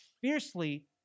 fiercely